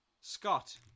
Scott